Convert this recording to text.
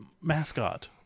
mascot